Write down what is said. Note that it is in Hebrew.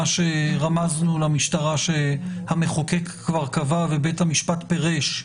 מה שרמזנו למשטרה שהמחוקק כבר קבע ובית המשפט פירש,